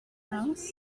house